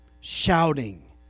shouting